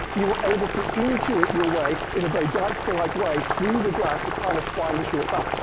you're able to intuit your way in a very dijkstra like way through the graph to kind of find the short path.